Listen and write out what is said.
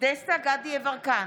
דסטה גדי יברקן,